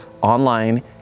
online